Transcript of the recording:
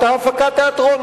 אותה הפקת תיאטרון,